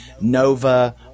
Nova